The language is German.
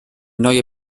neue